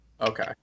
Okay